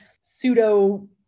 pseudo